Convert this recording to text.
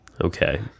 Okay